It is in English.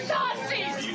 Nazis